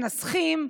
מנסחים.